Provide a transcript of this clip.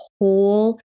whole